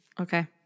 Okay